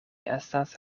estas